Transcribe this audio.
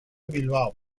bilbao